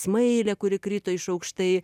smailė kuri krito iš aukštai